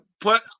put